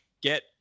get